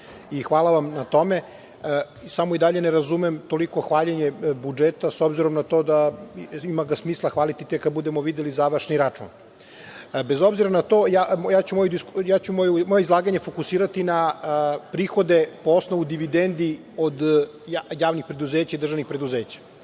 hvala vam na tome, samo i dalje ne razumem toliko hvaljenje budžeta s obzirom na to da ga ima smisla hvaliti tek kad budemo videli završni račun. Bez obzira na to, moje ću izlaganje fokusirati na prihode po osnovu dividende od javnih preduzeća i državnih preduzeća.